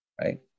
Right